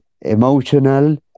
emotional